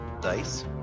dice